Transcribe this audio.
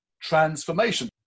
transformation